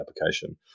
application